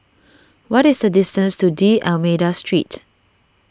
what is the distance to D'Almeida Street